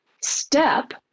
step